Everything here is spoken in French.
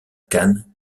canne